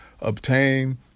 obtain